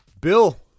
Bill